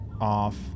off